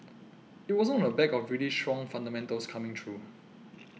it wasn't on the back of really strong fundamentals coming through